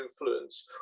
influence